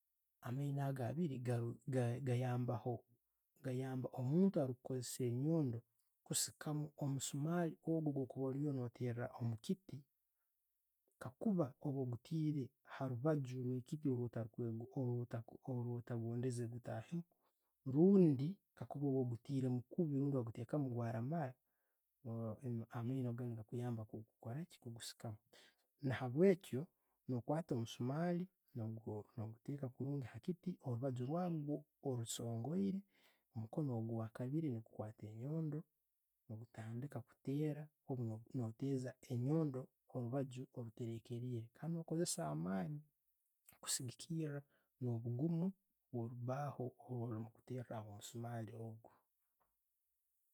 Amaino ago abiri gaya gaya gaya gayambaho, gayamba omuntu arikukozesa enyondo kusikamu omusumali ogwo gwokuba oriyo no teera omukiti, kakuba oba oguteire harubaju rwekiti orota orata ora- orotagondeze gutahemu rundi kakuba oba oguteiremu kubi rundi wagutekamu gwaramara, amaino gano negakuyambaho kukoraki, kugusikamu. Nabwekyo, no kwata omusumali, no guteka kurungi ha kiti, orubaju rwawe nurwo orusongeire, mukono ogwakabiri negukwata enyondo, negutandika kutera obwo no teza enyondo orubaju oruterekerire kandi no kozesa amaani kusigikira nobugumu bwo rubaho rworikuteraho omusumali ogwo.